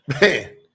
Man